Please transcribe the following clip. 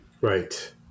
Right